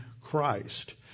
Christ